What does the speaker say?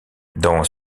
dans